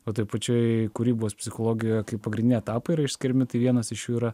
o toj pačioj kūrybos psichologijoje kaip pagrindiniai etapai išskiriami tai vienas iš jų yra